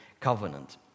covenant